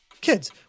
Kids